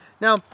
Now